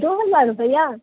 दो हज़ार रुपया